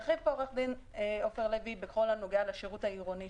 הרחיב פה עורך דין עופר לוי בכל הנוגע לשירות העירוני,